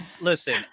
listen